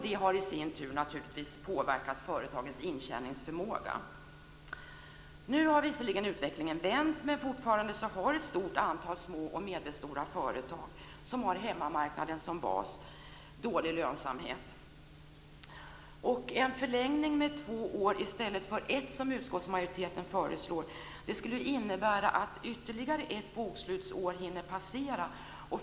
Det har i sin tur naturligtvis påverkat företagens intjäningsförmåga. Nu har visserligen utvecklingen vänt, men fortfarande har ett stort antal små och medelstora företag, som har hemmamarknaden som bas, dålig lönsamhet. En förlängning med två år i stället för ett, vilket utskottsmajoriteten föreslår, skulle innebära att ytterligare ett bokslutsår hinner passera.